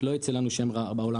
לא ייצא לנו שם רע בעולם,